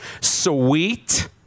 sweet